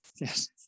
Yes